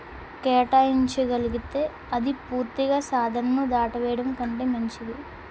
కేటాయించగలిగితే అది పూర్తిగా సాధనను దాటవేయడం కంటే మంచిది